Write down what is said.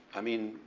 i mean,